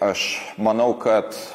aš manau kad